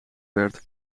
werd